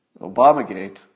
Obamagate